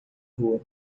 rua